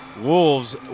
Wolves